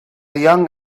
young